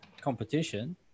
competition